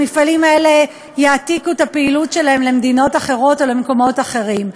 המפעלים האלה יעתיקו את הפעילות שלהם למדינות אחרות או למקומות אחרים.